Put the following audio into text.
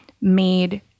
made